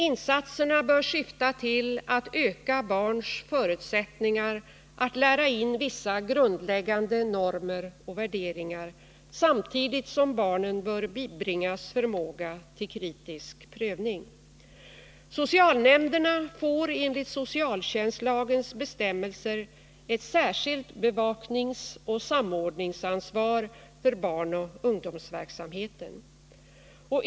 Insatserna bör syfta till att öka barns förutsättningar att lära in vissa grundläggande normer och värderingar. Samtidigt bör barnen bibringas förmåga till kritisk prövning. Socialnämnderna får enligt socialtjänstlagens bestämmelser ett särskilt bevakningsoch samordningsansvar för barnoch ungdomsverksamheten.